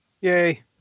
Yay